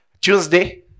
Tuesday